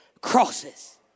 crosses